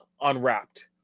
unwrapped